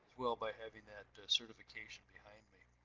well, by having that certification behind me.